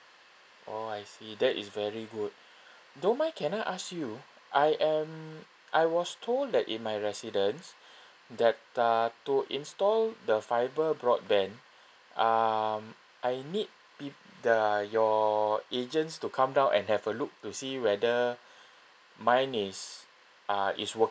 oh I see that is very good don't mind can I ask you I am I was told that in my residence that uh to install the fiber broadband um I need peo~ the your agents to come down and have a look to see whether mine is uh is